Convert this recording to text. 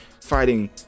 fighting